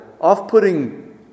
off-putting